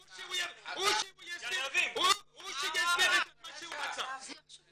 או שהוא יסביר את מה שהוא אמר או שיתנצל.